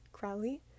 Crowley